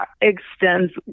extends